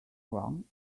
wrong